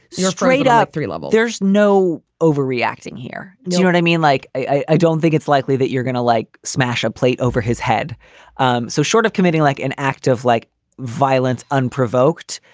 you're straight up three level. there's no overreacting here. you're right. i mean, like, i don't think it's likely that you're gonna, like, smash a plate over his head um so short of committing like an act of like violence unprovoked,